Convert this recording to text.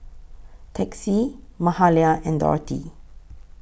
Texie Mahalia and Dorthey